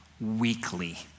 weekly